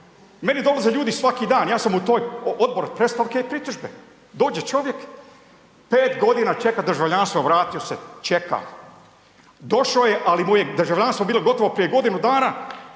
Meni dolaze ljudi svaki dan, ja sam u toj Odbor za predstavke i pritužbe. Dođe čovjek, 5.g. čeka državljanstvo, vratio se, čeka. Došo je, ali mu je državljanstvo bilo gotovo prije godinu dana,